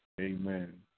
amen